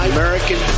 American